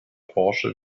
porsche